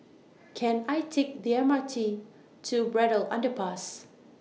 Can I Take The M R T to Braddell Underpass